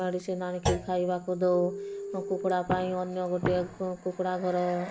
medicine ଆଣିକି ଖାଇବାକୁ ଦେଉ କୁକୁଡ଼ା ପାଇଁ ଅନ୍ୟ ଗୋଟେ କୁକୁଡ଼ା ଘର